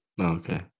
Okay